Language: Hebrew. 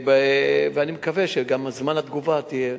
ואני מקווה שגם זמן התגובה יהיה